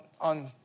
on